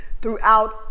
throughout